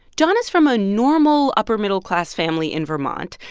john is from a normal, upper-middle-class family in vermont.